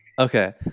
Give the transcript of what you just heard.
Okay